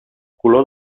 color